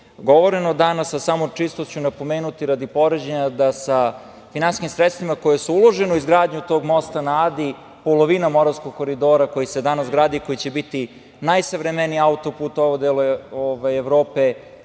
govoreno danas, a samo čisto ću napomenuti radi poređenja da sa finansijskim sredstvima koja su uložena u izgradnju tog mosta na Adi, polovina Moravskog koridora koji se danas gradi, koji će biti najsavremeniji autoput u ovom delu Evrope,